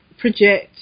project